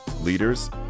leaders